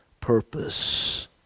purpose